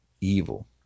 evil